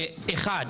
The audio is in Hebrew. אחד,